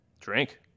Drink